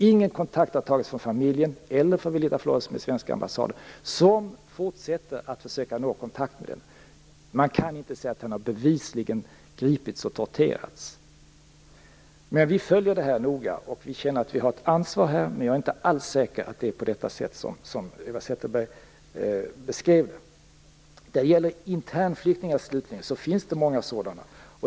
Ingen kontakt har tagits från familjen eller från Velita Flores med den svenska ambassaden, som fortsätter att försöka få kontakt. Man kan inte säga att han bevisligen har gripits och torterats. Vi följer det här noggrant. Vi känner att vi har ett ansvar. Men jag är inte alls säker på att det är på det sättet som Eva Zetterberg beskrev det. Internflyktingar, slutligen, finns det många.